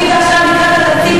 אנחנו נעביר את זה.